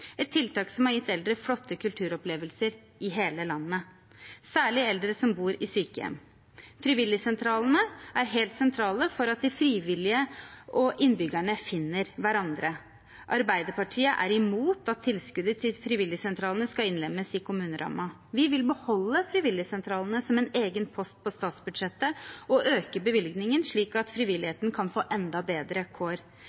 et tiltak som har gitt eldre flotte kulturopplevelser i hele landet, særlig eldre som bor i sykehjem. Frivilligsentralene er helt sentrale for at de frivillige og innbyggerne finner hverandre. Arbeiderpartiet er imot at tilskuddet til frivilligsentralene skal innlemmes i kommunerammen. Vi vil beholde frivilligsentralene som en egen post på statsbudsjettet og øke bevilgningen slik at